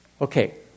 Okay